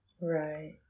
Right